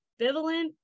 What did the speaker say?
bivalent